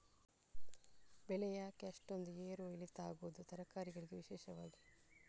ಬೆಳೆ ಯಾಕೆ ಅಷ್ಟೊಂದು ಏರು ಇಳಿತ ಆಗುವುದು, ತರಕಾರಿ ಗಳಿಗೆ ವಿಶೇಷವಾಗಿ?